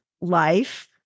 life